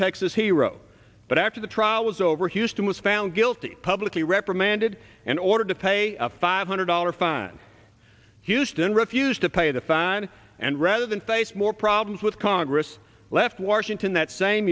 texas hero but after the trial was over houston was found guilty publicly reprimanded and ordered to pay a five hundred dollars fine houston refused to pay the fine and rather than face more problems with congress left washington that same